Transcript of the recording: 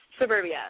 suburbia